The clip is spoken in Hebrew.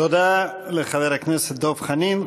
תודה לחבר הכנסת דב חנין.